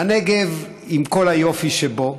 הנגב עם כל היופי שבו.